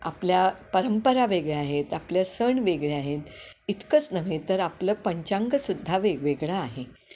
आपल्या परंपरा वेगळ्या आहेत आपल्या सण वेगळ आहेत इतकंच नव्हे तर आपलं पंचाांंगसुद्धा वेगवेगळ आहे